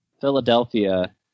Philadelphia